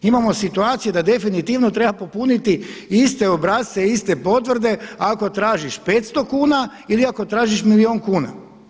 Imamo situacije da definitivno treba popuniti iste obrasce, iste potvrde ako tražiš 500 kuna ili ako tražiš milijun kuna.